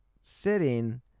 sitting